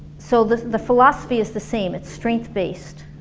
so the the philosophy is the same, its strength based